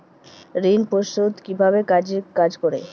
ঋণ পরিশোধ কিভাবে কাজ করে?